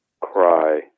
cry